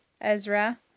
Ezra